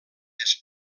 des